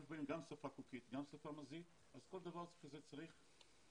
שהם צריכים קליטה, שיהיה להם